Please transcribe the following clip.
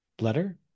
letter